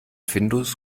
findus